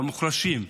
במוחלשים,